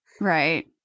Right